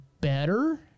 better